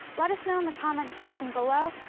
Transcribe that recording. let us know in the comments section, below!